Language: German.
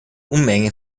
unmenge